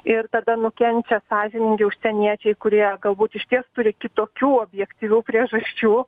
ir tada nukenčia sąžiningi užsieniečiai kurie galbūt išties turi kitokių objektyvių priežasčių